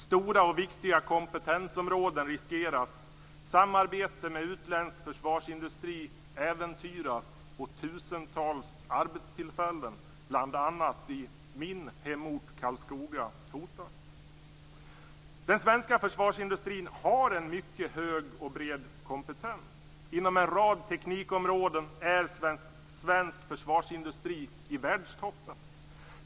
Stora och viktiga kompetensområden riskeras, samarbete med utländsk försvarsindustri äventyras och tusentals arbetstillfällen, bl.a. i min hemort Karlskoga, hotas. Den svenska försvarsindustrin har en mycket hög och bred kompetens. Inom en rad teknikområden är svensk försvarsindustri i världstoppen.